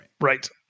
Right